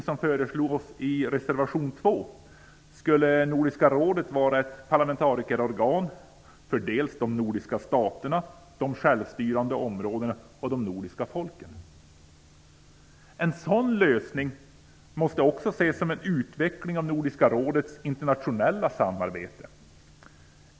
skulle Nordiska rådet vara ett parlamentarikerorgan för dels de nordiska staterna, de självstyrande områdena och de nordiska folken. En sådan lösning måste också ses som en utveckling av Nordiska rådets internationella samarbete.